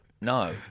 No